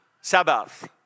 Sabbath